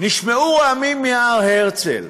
נשמעו רעמים מהר הרצל.